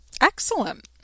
Excellent